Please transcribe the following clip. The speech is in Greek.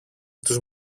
τους